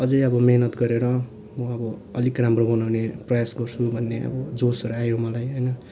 अझै अब मेहनत गरेर म अब अलिक राम्रो बनाउने प्रयास गर्छु भन्ने अब जोसहरू आयो मलाई होइन